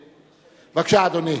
בבקשה, אדוני.